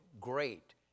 great